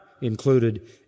included